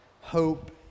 hope